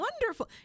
Wonderful